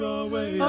away